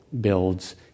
builds